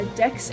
dex